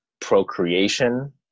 procreation